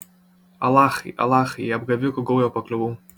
alachai alachai į apgavikų gaują pakliuvau